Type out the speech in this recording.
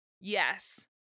Yes